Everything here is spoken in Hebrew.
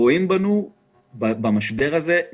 רואים בנו נטל במשבר הזה.